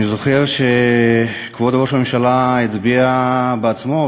אני זוכר שכבוד ראש הממשלה הצביע בעצמו.